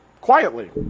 quietly